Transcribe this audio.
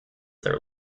their